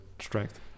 strength